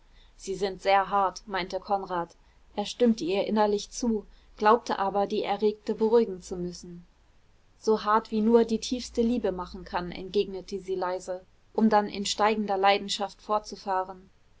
sie sind sehr hart meinte konrad er stimmte ihr innerlich zu glaubte aber die erregte beruhigen zu müssen so hart wie nur die tiefste liebe machen kann entgegnete sie leise um dann in steigender leidenschaft fortzufahren